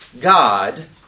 God